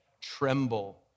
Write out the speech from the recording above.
tremble